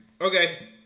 Okay